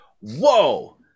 whoa